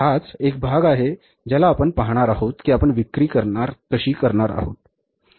तर हाच एक भाग आहे ज्याला आपण पाहणार आहोत की आपण विक्री करणार आहोत